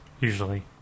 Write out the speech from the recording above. Usually